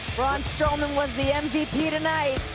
braun strowman was the and mvp tonight.